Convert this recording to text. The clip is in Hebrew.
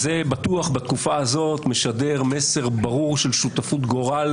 בתקופה הזאת זה בטוח משדר מסר ברור של שותפות גורל,